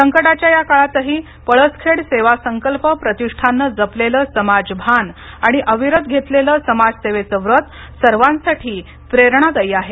संकटाच्या या काळातही पळसखेड सेवा संकल्प प्रतिष्ठाननं जपलेलं समाजभान आणि अविरत घेतलेलं समाजसेवेच व्रत सर्वांसाठी प्रेरणादाई आहे